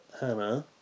Hannah